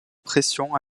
pressions